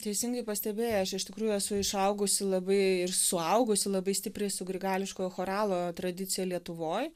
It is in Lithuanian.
teisingai pastebėjai aš iš tikrųjų esu išaugusi labai ir suaugusi labai stipriai su grigališkojo choralo tradicija lietuvoj